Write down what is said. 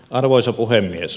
arvoisa puhemies